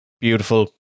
beautiful